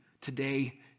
today